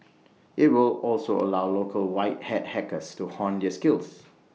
IT would also allow local white hat hackers to hone their skills